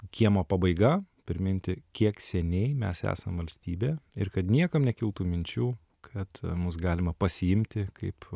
kiemo pabaiga priminti kiek seniai mes esam valstybė ir kad niekam nekiltų minčių kad mus galima pasiimti kaip